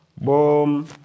Boom